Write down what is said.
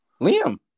Liam